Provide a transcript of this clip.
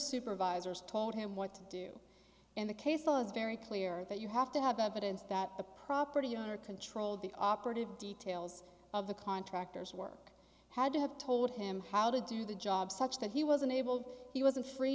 supervisors told him what to do and the case was very clear that you have to have evidence that the property owner controlled the operative details of the contractor's work had to have told him how to do the job such that he was unable he wasn't free